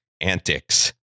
antics